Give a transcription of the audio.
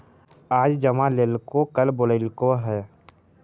आज जमा लेलको कल बोलैलको हे?